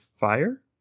fire